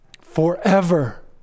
Forever